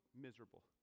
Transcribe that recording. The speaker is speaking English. miserable